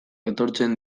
etortzen